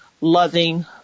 loving